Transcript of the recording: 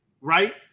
right